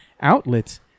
outlets